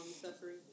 suffering